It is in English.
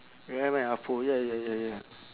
ya man ah poh ya ya ya ya